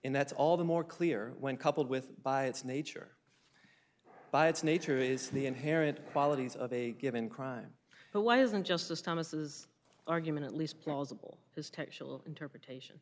and that's all the more clear when coupled with by its nature by its nature is the inherent qualities of a given crime but why isn't justice thomas argument at least plausible his textual interpretation